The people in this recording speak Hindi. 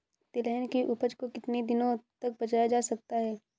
तिलहन की उपज को कितनी दिनों तक बचाया जा सकता है?